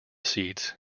seats